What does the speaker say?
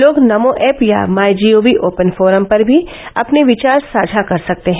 लोग नमो ऐप या MyGov open forum पर भी अपने विचार साझा कर सकते हैं